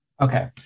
Okay